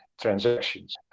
transactions